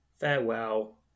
farewell